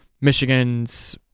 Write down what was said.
Michigan's –